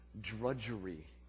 drudgery